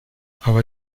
aber